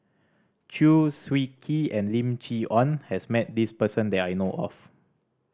Chew Swee Kee and Lim Chee Onn has met this person that I know of